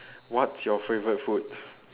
what's your favourite food